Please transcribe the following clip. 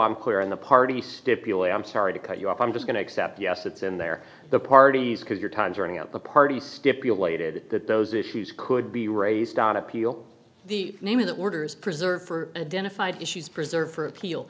i'm clear on the party stipulate i'm sorry to cut you off i'm just going to accept yes it's in there the parties because your time's running out the party stipulated that those issues could be raised on appeal the name of the orders preserved for a den of five issues preserved for appeal